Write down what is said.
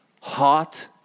hot